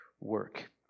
work